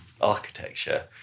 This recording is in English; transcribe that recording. architecture